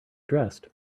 dressed